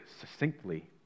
succinctly